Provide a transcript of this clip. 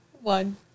One